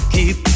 Keep